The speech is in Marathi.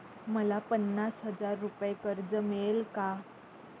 मला पन्नास हजार रुपये कर्ज मिळेल का?